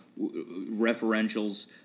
referentials